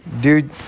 dude